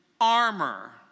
armor